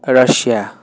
Russia